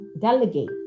delegate